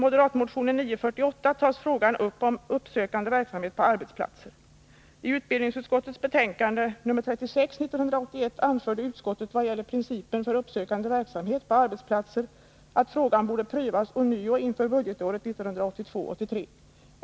Moderatmotion 948 tar upp frågan om uppsökande verksamhet på arbetsplatser. I utbildningsutskottets betänkande 1980 83.